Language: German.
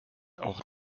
auch